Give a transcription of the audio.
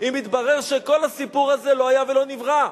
אם יתברר שכל הסיפור הזה לא היה ולא נברא,